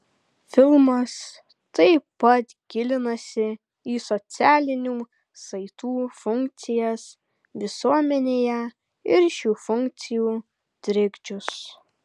filmas taip pat gilinasi į socialinių saitų funkcijas visuomenėje ir šių funkcijų trikdžius